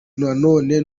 nanone